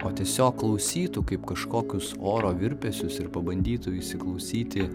o tiesiog klausytų kaip kažkokius oro virpesius ir pabandytų įsiklausyti